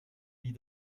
wie